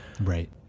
right